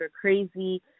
crazy